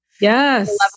Yes